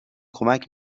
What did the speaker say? کمکم